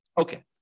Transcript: Okay